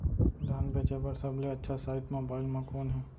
धान बेचे बर सबले अच्छा साइट मोबाइल म कोन हे?